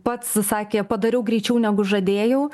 pats sakė padariau greičiau negu žadėjau